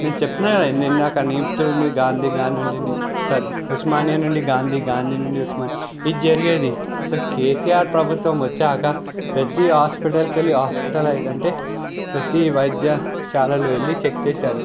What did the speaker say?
నేను చెప్పినా కదా ఇందాక నిమ్స్ నుండి గాంధీ గాంధీ నుండి ఉస్మానియా ఉస్మానియా నుండి గాంధీ గాంధి నుండి ఉస్మానియా ఇది జరిగేది సో కేసీఆర్ ప్రభుత్వం వచ్చినాక ప్రతి హాస్పిటల్కు వెళ్ళి హాస్పిటలైజ్ అంటే ప్రతి వైద్య శాలలు వెళ్ళి చెక్ చేశారు